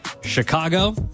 Chicago